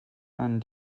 dann